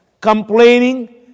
Complaining